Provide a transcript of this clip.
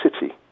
City